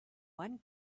one